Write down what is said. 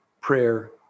prayer